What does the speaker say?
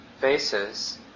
faces